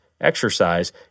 exercise